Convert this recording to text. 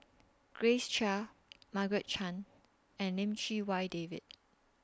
Grace Chia Margaret Chan and Lim Chee Wai David